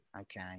Okay